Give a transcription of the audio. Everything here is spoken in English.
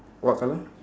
what colour